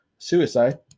suicide